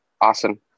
awesome